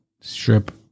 strip